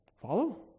Follow